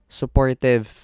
supportive